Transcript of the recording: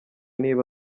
niba